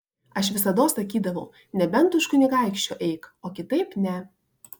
aš visados sakydavau nebent už kunigaikščio eik o kitaip ne